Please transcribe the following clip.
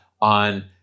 on